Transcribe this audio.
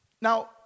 Now